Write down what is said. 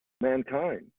mankind